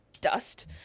dust